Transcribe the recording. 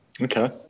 Okay